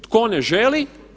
Tko ne želi?